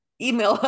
Email